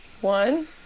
One